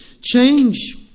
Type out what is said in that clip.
change